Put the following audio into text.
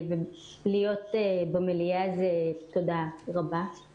להיות במליאה של הוועדה, תודה רבה.